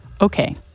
Okay